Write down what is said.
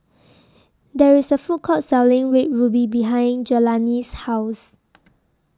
There IS A Food Court Selling Red Ruby behind Jelani's House